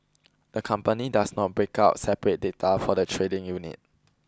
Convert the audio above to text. the company does not break out separate data for the trading unit